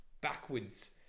backwards